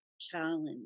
challenge